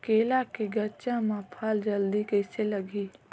केला के गचा मां फल जल्दी कइसे लगही?